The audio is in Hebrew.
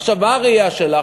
עכשיו, מה הראייה שלך?